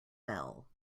bell